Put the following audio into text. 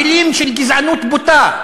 מילים של גזענות בוטה.